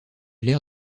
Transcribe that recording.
l’air